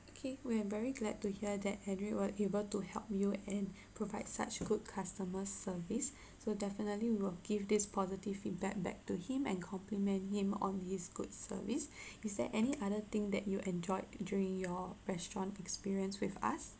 okay we're very glad to hear that hedry were able to help you and provide such good customer service so definitely we'll give this positive feedback back to him and compliment him on his good service is there any other thing that you enjoyed during your restaurant experience with us